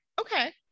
Okay